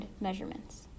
measurements